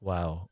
Wow